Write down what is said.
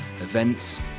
events